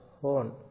horn